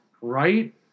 right